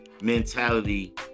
mentality